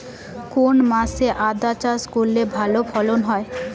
কোন মাসে আদা চাষ করলে ভালো ফলন হয়?